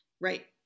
Right